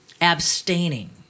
abstaining